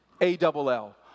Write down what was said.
A-double-L